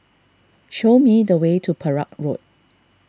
show me the way to Perak Road